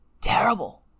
terrible